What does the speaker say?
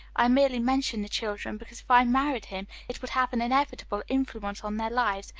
i merely mention the children, because if i married him, it would have an inevitable influence on their lives,